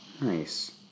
nice